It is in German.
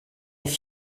ich